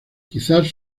quizás